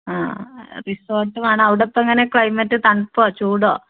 ആ റിസോട്ട് വേണം അവിടിപ്പോൾ എങ്ങനെയാണ് ക്ലൈമറ്റ് തണുപ്പോ ചൂടോ